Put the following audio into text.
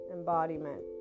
Embodiment